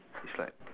it's like